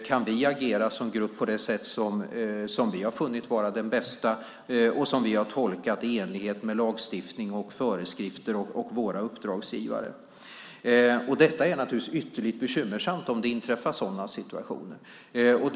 Kan vi agera som grupp på det sätt som vi har funnit vara det bästa och som vi har tolkat är i enlighet med lagstiftning och föreskrifter och våra uppdragsgivare? Det är naturligtvis ytterligt bekymmersamt om sådana situationer inträffar.